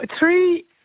Three